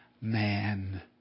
man